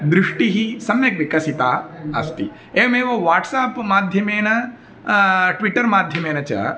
दृष्टिः सम्यक् विकसिता अस्ति एवमेव वाट्साप् माध्यमेन ट्विट्टर् माध्यमेन च